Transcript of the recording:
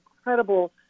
incredible